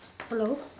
hello